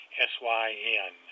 S-Y-N